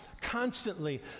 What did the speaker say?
constantly